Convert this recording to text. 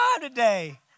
today